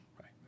right